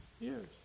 years